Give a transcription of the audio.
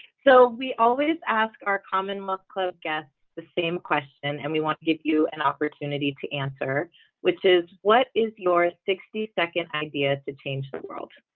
so we always ask our common mug club guests the same question and we want to give you an and opportunity to answer which is what is your sixty second idea to change the world?